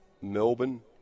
Melbourne